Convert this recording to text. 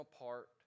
apart